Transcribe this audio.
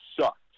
sucked